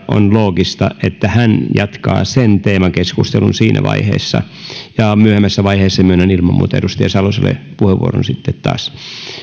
on loogista että sama aloittaja jatkaa teemakeskustelun siinä vaiheessa myöhemmässä vaiheessa myönnän ilman muuta edustaja saloselle puheenvuoron sitten taas